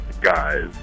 guys